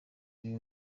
buri